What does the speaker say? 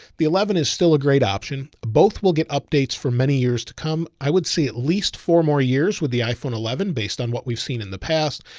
the eleven is still a great option. both will get updates for many years to come. i would see at least four more years with the iphone eleven based on what we've seen in the past.